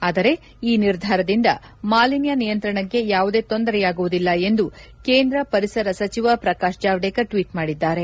ಆದರೆ ಈ ನಿರ್ಧಾರದಿಂದ ಮಾಲಿನ್ಹ ನಿಯಂತ್ರಣಕ್ಕೆ ಯಾವುದೇ ತೊಂದರೆಯಾಗುವುದಿಲ್ಲ ಎಂದು ಕೇಂದ್ರ ಪರಿಸರ ಸಚಿವ ಪ್ರಕಾಶ್ ಜಾವಡೇಕರ್ ಟ್ವೀಟ್ ಮಾಡಿದ್ದಾರೆ